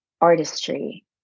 artistry